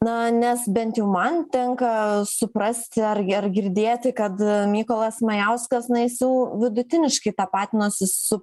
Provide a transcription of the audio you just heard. na nes bent jau man tenka suprasti ar ar girdėti kad mykolas majauskas nas jis jau vidutiniškai tapatinasi su